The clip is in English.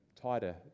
tighter